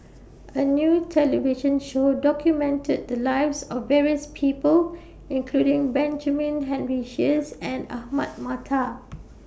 A New television Show documented The Lives of various People including Benjamin Henry Sheares and Ahmad Mattar